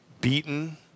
Beaten